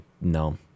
no